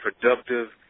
productive